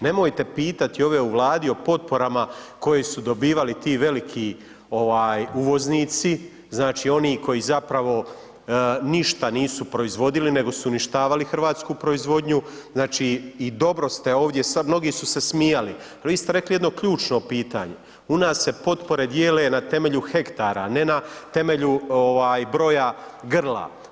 Nemojte pitati ove u Vladi o potporama koje su dobivali ti veliki ovaj uvoznici, znači oni koji zapravo ništa nisu proizvodili nego su uništavali hrvatsku proizvodnju i dobro ste ovdje, mnogi su se smijali, ali vi ste rekli jedno ključno pitanje, u nas se potpore dijele na temelju hektara, ne na temelju ovaj broja grla.